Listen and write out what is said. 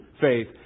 faith